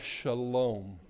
shalom